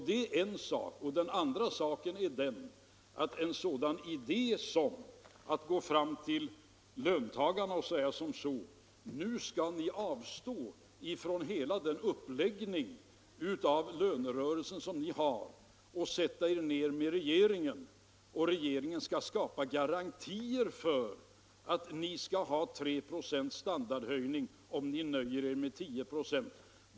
Det är en sak, och den andra saken gäller en sådan idé som att gå till löntagarna och säga: Nu skall ni avstå från hela den uppläggning av lönerörelsen som ni har och sätta er ner med regeringen, och regeringen skall skapa garantier för att vi skall ha 3 procents standardhöjning om ni nöjer er med 10 procent i löneökning.